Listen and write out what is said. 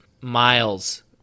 miles